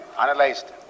analyzed